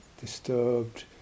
disturbed